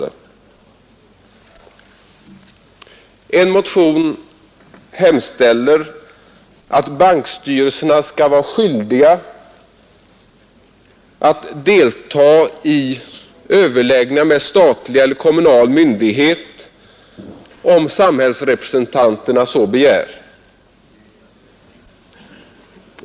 I en motion hemställs att bankstyrelserna skall vara skyldiga att delta i överläggningar med statlig eller kommunal myndighet om samhällsrepresentanterna så begär.